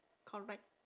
correct